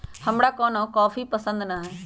हमरा कोनो कॉफी पसंदे न हए